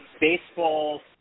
baseball